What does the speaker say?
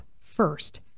first